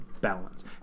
balance